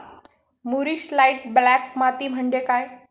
मूरिश light black माती म्हणजे काय?